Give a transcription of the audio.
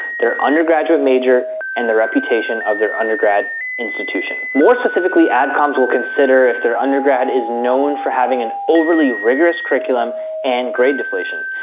their undergraduate major and the reputation of their undergrad institution. more specifically, adcoms will consider if their undergrad is known for having an overly rigorous curriculum and grade deflation.